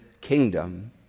kingdom